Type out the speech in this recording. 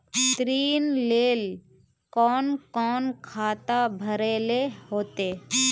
ऋण लेल कोन कोन खाता भरेले होते?